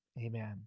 amen